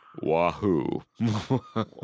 Wahoo